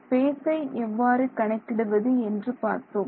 space ஐ எவ்வாறு கணக்கிடுவது என்று பார்த்தோம்